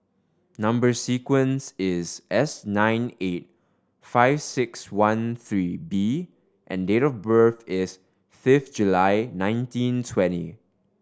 number sequence is S nine eight four five six one three B and date of birth is fifth July nineteen twenty